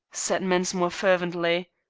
said mensmore fervently.